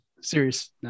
Serious